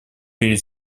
перед